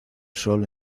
sol